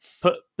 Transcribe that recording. put